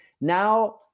Now